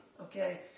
Okay